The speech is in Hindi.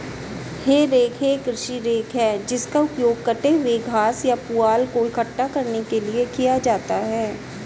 हे रेक एक कृषि रेक है जिसका उपयोग कटे हुए घास या पुआल को इकट्ठा करने के लिए किया जाता है